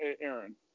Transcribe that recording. Aaron